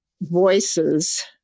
voices